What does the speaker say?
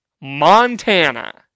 Montana